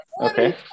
okay